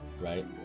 right